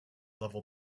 level